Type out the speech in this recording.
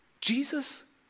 Jesus